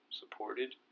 supported